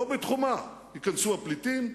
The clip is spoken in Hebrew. לא בתחומה ייכנסו הפליטים,